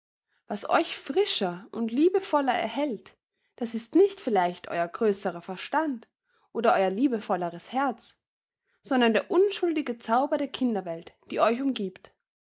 was euch frischer und liebevoller erhält das ist nicht vielleicht euer größerer verstand oder euer liebevolleres herz sondern der unschuldige zauber der kinderwelt die euch umgibt